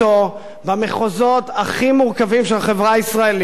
במחוזות הכי מורכבים של החברה הישראלית,